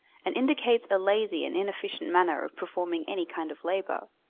and indicates a lazy and inefficient manner of performing any kind of labour.